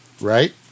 Right